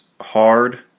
hard